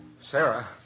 Sarah